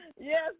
Yes